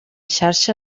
xarxa